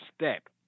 step